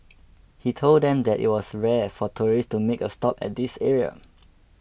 he told them that it was rare for tourists to make a stop at this area